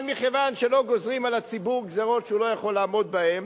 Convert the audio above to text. אבל מכיוון שלא גוזרים על הציבור גזירות שהוא לא יכול לעמוד בהן,